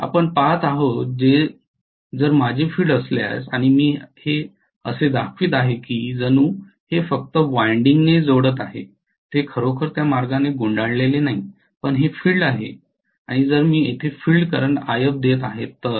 आपण पहात आहोत हे जर माझे फील्ड असल्यास आणि मी हे असे दाखवित आहे की जणू हे फक्त वायंडिंगने जोडत आहे ते खरोखर त्या मार्गाने गुंडाळेले नाही पण हे फील्ड आहे आणि जर मी येथे फिल्ड करंट If देत आहे तर